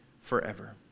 forever